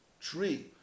tree